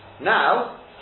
Now